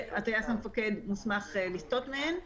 הטיס המפקד מוסמך לסטות מהן.